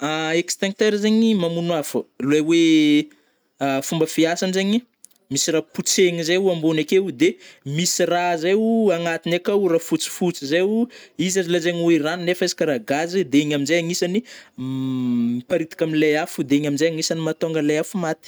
Extincteur zegny mamono afô, le oe a fômba fiasagny zegny misy rah potsehigny zay ao ambony akeo, de misy rah zaio agnatiny akao rah fôtsifotsy zai o izy azo lazaigny oe rano nefa izy karà gazy de igny amzay agnisany m miparitaka amle afo de igny amnjay agnisany mahatônga le afo maty.